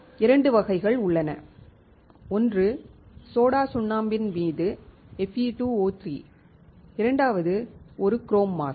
இரண்டு வகைகள் உள்ளன ஒன்று சோடா சுண்ணாம்பின் மீது Fe2O3 இரண்டாவது ஒரு குரோம் மாஸ்க்